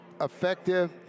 effective